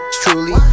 truly